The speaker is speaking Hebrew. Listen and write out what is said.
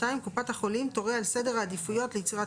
(2)קופת החולים תורה על סדר העדיפויות ליצירת